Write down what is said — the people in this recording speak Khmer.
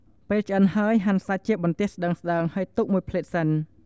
ពេលឆ្អិនហើយ ហាន់សាច់ជាបន្ទះស្តើងៗ ហើយទុកមួយភ្លែតសិន។